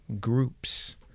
groups